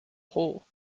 whole